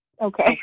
Okay